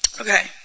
Okay